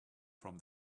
from